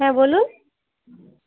হ্যাঁ বলুন